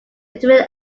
between